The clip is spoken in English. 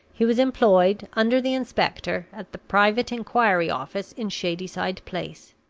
he was employed, under the inspector, at the private inquiry office in shadyside place.